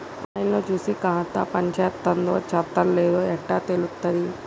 On line లో చూసి ఖాతా పనిచేత్తందో చేత్తలేదో ఎట్లా తెలుత్తది?